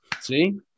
See